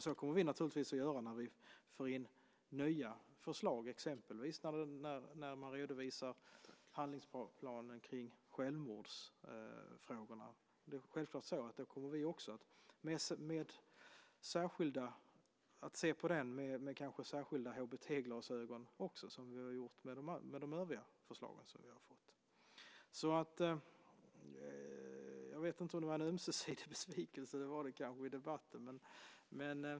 Så kommer vi naturligtvis att göra när vi får in nya förslag, exempelvis när man redovisar handlingsplanen kring självmordsfrågorna. Då kommer vi också att se på den med särskilda HBT-glasögon som vi har gjort med de övriga förslag som vi har fått. Jag vet inte om det var en ömsesidig besvikelse - det var det kanske - i debatten.